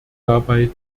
dabei